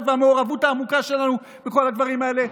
ועל המעורבות העמוקה שלנו וכל הדברים האלה.